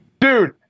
Dude